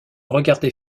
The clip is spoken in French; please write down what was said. regardai